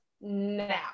now